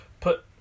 put